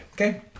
Okay